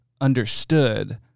understood